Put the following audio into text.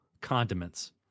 condiments